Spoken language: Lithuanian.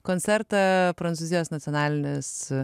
koncertą prancūzijos nacionalinis